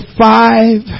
five